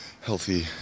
healthy